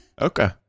Okay